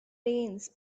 rains